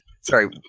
sorry